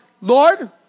Lord